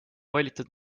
valitud